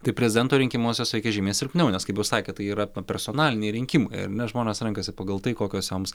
tai prezidento rinkimuose jos veikia žymiai silpniau nes kaip jau sakė tai yra personaliniai rinkimai ar ne žmonės renkasi pagal tai kokios joms